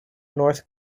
north